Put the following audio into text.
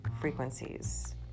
frequencies